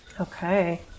Okay